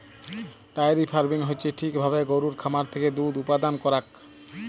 diary farming হচ্যে ঠিক ভাবে গরুর খামার থেক্যে দুধ উপাদান করাক